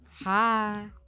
Hi